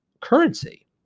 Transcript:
currency